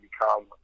become